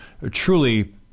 truly